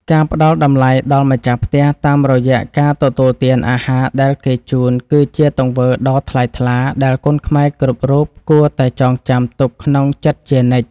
ការផ្តល់តម្លៃដល់ម្ចាស់ផ្ទះតាមរយៈការទទួលទានអាហារដែលគេជូន គឺជាទង្វើដ៏ថ្លៃថ្លាដែលកូនខ្មែរគ្រប់រូបគួរតែចងចាំទុកក្នុងចិត្តជានិច្ច។